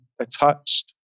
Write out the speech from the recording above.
attached